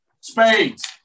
Spades